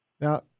Now